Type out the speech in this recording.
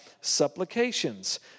supplications